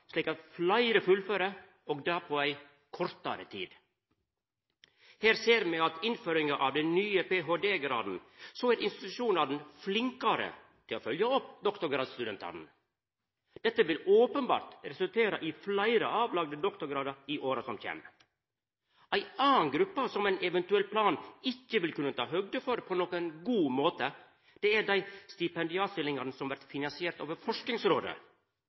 slik at fleire fullfører – og det på ei kortare tid. Her ser me at etter innføringa av den nye ph.d.-graden er institusjonane flinkare til å følgja opp doktorgradsstudentane. Dette vil openbert resultera i fleire avlagde doktorgradar i åra som kjem. Ei anna gruppe som ein eventuell plan ikkje vil kunna ta høgd for på nokon god måte, er dei stipendiatstillingane som blir finansierte over Forskingsrådet.